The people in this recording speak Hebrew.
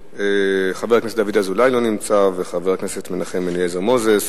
חבר הכנסת דוד אזולאי לא נמצא וכן חבר הכנסת מנחם אליעזר מוזס.